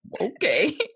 okay